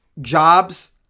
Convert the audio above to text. jobs